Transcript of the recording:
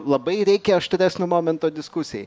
labai reikia aštresnio momento diskusijai